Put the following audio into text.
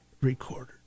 recorder